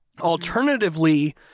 Alternatively